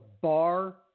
bar